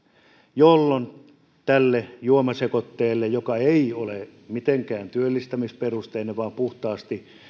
silloin tälle juomasekoitteelle joka ei ole mitenkään työllistämisperusteinen vaan puhtaasti